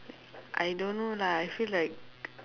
I don't know lah I feel like